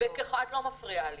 את לא מפריעה לי.